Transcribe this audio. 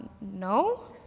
no